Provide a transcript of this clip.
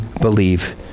believe